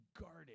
guarded